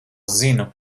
zinu